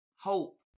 hope